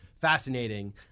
fascinating